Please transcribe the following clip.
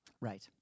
Right